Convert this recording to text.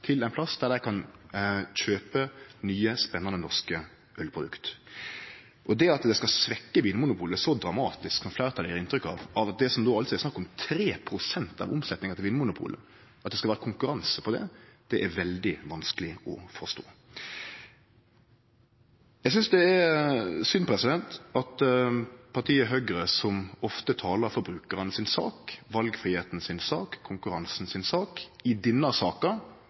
til ein plass der dei kan kjøpe nye, spennande norske ølprodukt. Det at dette skal svekkje Vinmonopolet så dramatisk som fleirtalet gjev inntrykk av – at det skal vere konkurranse på det som då altså er snakk om 3 pst. av omsetjinga til Vinmonopolet – det er veldig vanskeleg å forstå. Eg synest det er synd at partiet Høgre, som ofte taler forbrukarane si sak, valfridomen si sak, konkurransen si sak, i denne saka